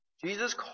Jesus